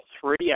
three